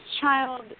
child